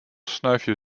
snuifje